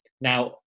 Now